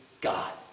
god